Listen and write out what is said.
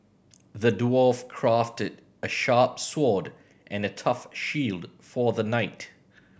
the dwarf crafted a sharp sword and a tough shield for the knight